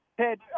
Ted